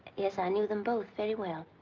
yes, i knew them both very well.